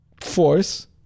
force